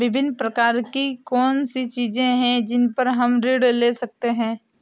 विभिन्न प्रकार की कौन सी चीजें हैं जिन पर हम ऋण ले सकते हैं?